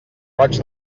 roig